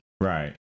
Right